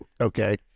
okay